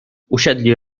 usiedli